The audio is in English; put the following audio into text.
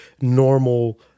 normal